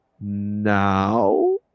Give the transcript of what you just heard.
now